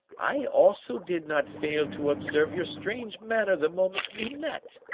i also did not fail to observe your strange manner the moment we met.